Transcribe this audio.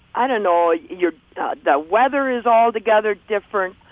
i don't know. you're the weather is altogether different.